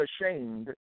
ashamed